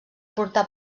portar